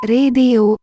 Radio